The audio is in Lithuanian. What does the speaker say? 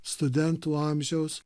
studentų amžiaus